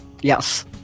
Yes